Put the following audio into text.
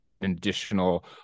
additional